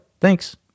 Thanks